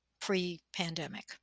pre-pandemic